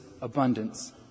abundance